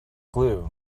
glue